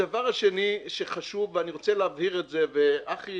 הדבר השני שחשוב, אני רוצה להבהיר את זה, ואחי